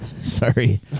Sorry